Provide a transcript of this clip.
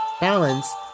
balance